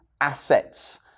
assets